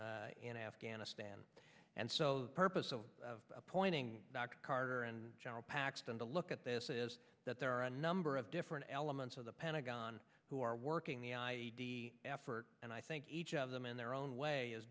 in afghanistan and so the purpose of pointing back to carter and general paxton to look at this is that there are a number of different elements of the pentagon who are working the effort and i think each of them in their own way is